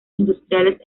industriales